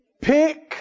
pick